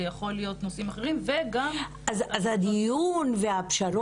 זה יכול להיות נושאים אחרים וגם --- אז הדיון והפשרות,